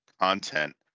content